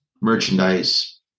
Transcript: merchandise